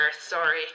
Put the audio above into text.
sorry